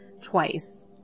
twice